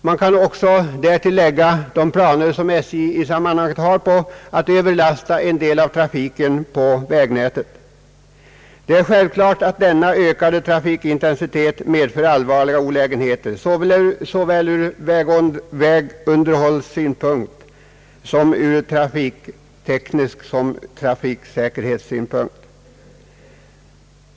Därtill kan läggas de planer som SJ har på att överföra en del av trafiken till vägnätet. Denna ökade trafikintensitet medför självfallet allvarliga olägenheter såväl ur vägunderhållssynpunkt som ur trafikteknisk och trafiksäkerhetssynpunkt.